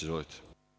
Izvolite.